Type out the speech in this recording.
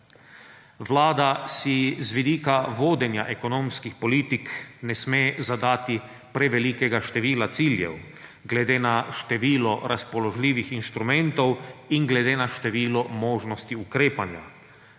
Vlada si z vidika vodenja ekonomskih politik ne sme zadati prevelikega števila ciljev glede na število razpoložljivih inštrumentov in glede na število možnosti ukrepanja